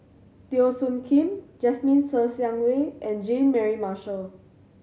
Teo Soon Kim Jasmine Ser Xiang Wei and Jean Mary Marshall